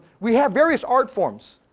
we have various art forms,